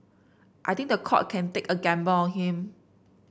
I think the court can take a gamble on him